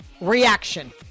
reaction